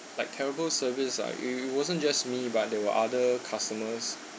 like terrible service ah it it wasn't just me but there were other customers